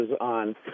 on